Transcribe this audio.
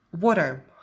Water